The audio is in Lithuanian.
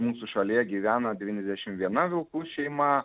mūsų šalyje gyvena devyniasdešim viena vilkų šeima